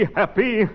happy